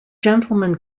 gentleman